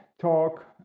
talk